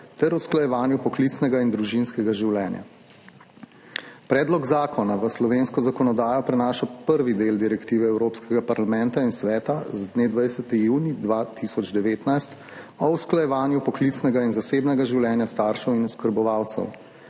ter usklajevanju poklicnega in družinskega življenja. Predlog zakona v slovensko zakonodajo prenaša prvi del direktive Evropskega parlamenta in Evropskega sveta z dne 20. junij 2019 o usklajevanju poklicnega in zasebnega življenja staršev in oskrbovalcev.